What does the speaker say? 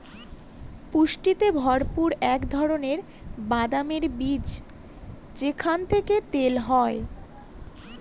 পুষ্টিতে ভরপুর এক ধরনের বাদামের বীজ যেখান থেকে তেল হয়